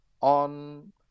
on